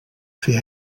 fer